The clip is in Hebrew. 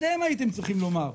אתם הייתם צריכים לומר,